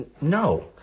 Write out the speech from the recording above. no